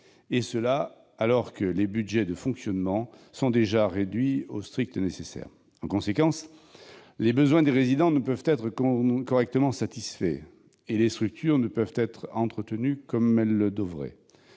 et ce alors que les budgets de fonctionnement sont déjà réduits au strict nécessaire. En conséquence, les besoins des résidents ne peuvent être correctement satisfaits et les structures ne peuvent être entretenues comme elles le devraient.